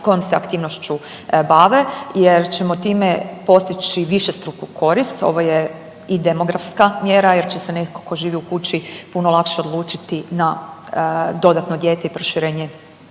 kojom se aktivnošću bave jer ćemo time postići višestruku korist. Ovo je i demografska mjera jer će se netko tko živi u kući puno lakše odlučiti na dodatno dijete i proširenje